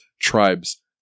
tribes